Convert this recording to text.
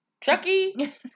Chucky